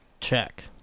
Check